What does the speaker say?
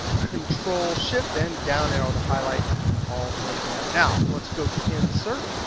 control-shift and down arrow to highlight all the way down. now, let's go to insert,